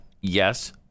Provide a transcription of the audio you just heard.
yes